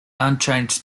unchanged